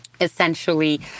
essentially